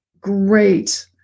Great